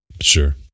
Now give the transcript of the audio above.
Sure